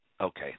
Okay